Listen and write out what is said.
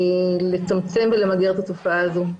לצמצם ולמגר את התופעה הזו.